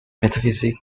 metaphysics